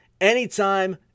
anytime